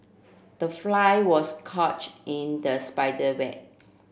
the fly was caught in the spider web